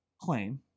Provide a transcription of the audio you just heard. Claim